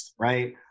right